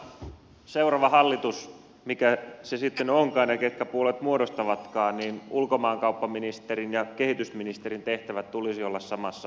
kyllä minusta seuraavassa hallituksessa mikä se sitten onkaan ja ketkä puolueet sen muodostavatkaan ulkomaankauppaministerin ja kehitysministerin tehtävien tulisi olla samassa salkussa